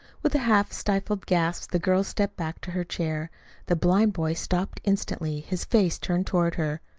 with a half-stifled gasp the girl stepped back to her chair the blind boy stopped instantly, his face turned toward her.